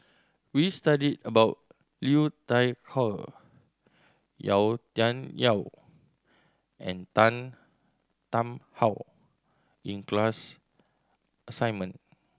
we studied about Liu Thai Ker Yau Tian Yau and Tan Tarn How in class assignment